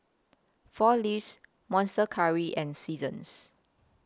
four Leaves Monster Curry and Seasons